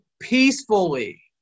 peacefully